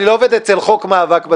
אני לא עובד אצל החוק למאבק בטרור.